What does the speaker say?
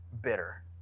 bitter